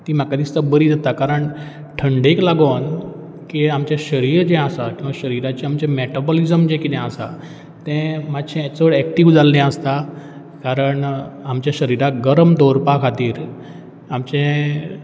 ती म्हाका दिसता बरी जाता कारण थंडेक लागोन कितें आमचें शरीर जें आसा किंवा शरिराचें आमचें मॅटाबॉलिजम जें कितें आसा तें मात्शें चड एक्टीव जाल्लें आसता कारण आमच्या शरिराक गरम दवरपा खातीर आमचें